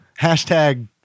Hashtag